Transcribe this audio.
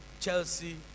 Chelsea